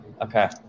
okay